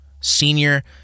senior